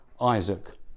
isaac